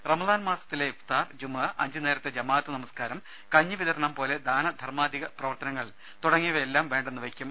റംസാൻ മാസത്തിലെ ഇഫ്താർ ജുമുഅ അഞ്ചു നേരത്തെ ജമാഅത്ത് നമസ്കാരം കഞ്ഞിവിതരണം പോലെ ദാനധർമ്മാദി പ്രവർത്തനങ്ങൾ തുടങ്ങിയവയെല്ലാം വേണ്ടെന്ന് വയ്ക്കും